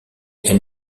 elle